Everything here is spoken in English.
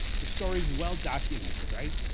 the story is well documented, right?